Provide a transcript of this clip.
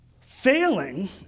failing